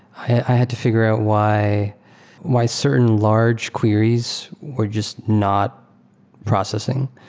i had to figure out why why certain large queries were just not processing.